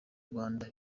rwanda